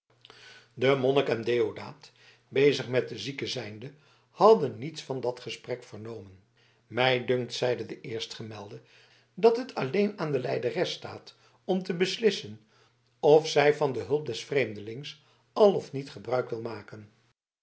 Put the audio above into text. de monnik en deodaat bezig met de zieke zijnde hadden niets van dat gesprek vernomen mij dunkt zeide de eerstgemelde dat het alleen aan de lijderes staat om te beslissen of zij van de hulp des vreemdelings al of niet gebruik wil maken